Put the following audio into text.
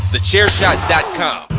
TheChairShot.com